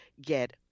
get